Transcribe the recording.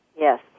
Yes